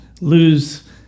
lose